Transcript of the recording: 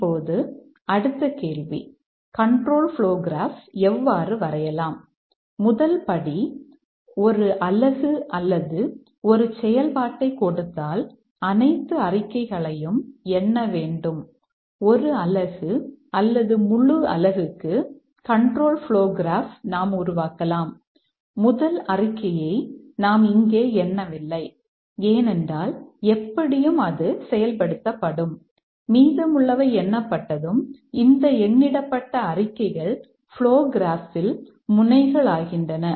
இப்போது அடுத்த கேள்வி கண்ட்ரோல் ப்ளோ கிராப் ல் முனைகளாகின்றன